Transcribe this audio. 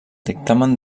dictamen